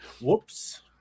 Whoops